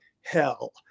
hell